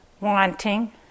wanting